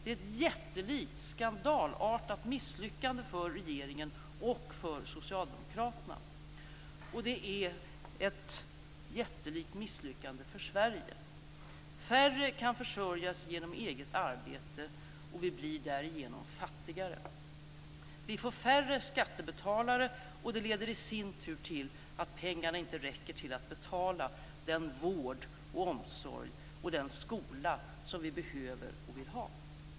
Det är ett jättelikt skandalartat misslyckande för regeringen och för socialdemokraterna. Och det är ett jättelikt misslyckande för Sverige. Färre kan försörjas genom eget arbete, och vi blir därigenom fattigare. Vi får färre skattebetalare, och det leder i sin tur till att pengarna inte räcker till att betala den vård och omsorg och den skola vi behöver och vill ha.